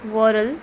वॉरल